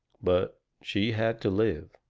but she had to live.